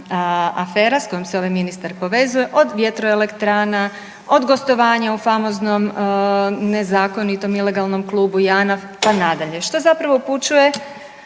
afera s kojom se ovaj ministar povezuje od vjetroelektrana, od gostovanja u famoznom nezakonitom ilegalnom klubu Janaf pa nadalje. Što zapravo upućuje